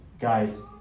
guys